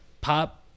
Pop